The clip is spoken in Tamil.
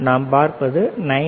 நாம் பார்ப்பது 9